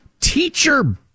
teacher